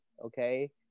okay